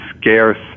scarce